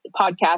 podcast